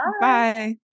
Bye